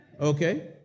Okay